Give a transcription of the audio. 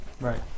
Right